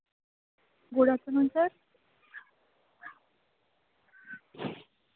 good afternoon sir